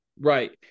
right